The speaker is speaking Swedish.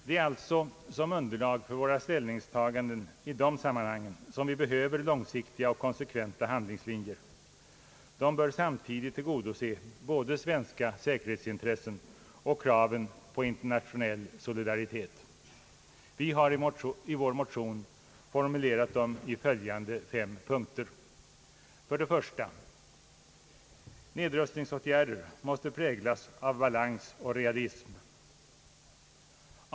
Det är alltså som underlag för våra ställningstaganden i de sammanhangen som vi behöver långsiktiga och konsekventa handlingslinjer. De bör samtidigt tillgodose både svenska säkerhetsintressen och kraven på internationell solidaritet. Vi har i vår motion formulerat dem i följande fem punkter. 1. Nedrustningsåtgärder måste präglas av balans och realism.